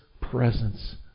presence